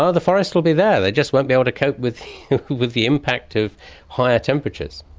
ah the forests will be there, they just won't be able to cope with with the impact of higher temperatures.